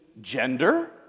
gender